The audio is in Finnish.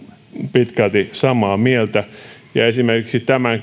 pitkälti samaa mieltä esimerkiksi tämän